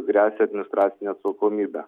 gresia administracinė atsakomybė